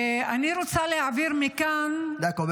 אני רוצה להעביר מכאן --- אני רק אומר